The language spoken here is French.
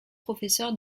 professeur